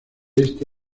este